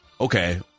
okay